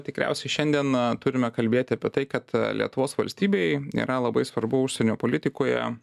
tikriausiai šiandien turime kalbėti apie tai kad lietuvos valstybei yra labai svarbu užsienio politikoje